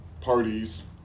parties